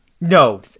No